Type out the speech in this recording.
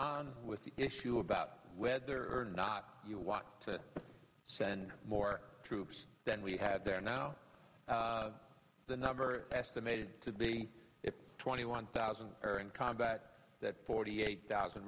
on with the issue about whether or not you want to send more troops than we have there now the number estimated to be twenty one thousand or in combat that forty eight thousand